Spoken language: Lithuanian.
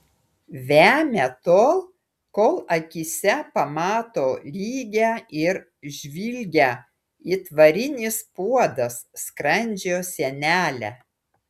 vemia tol kol akyse pamato lygią ir žvilgią it varinis puodas skrandžio sienelę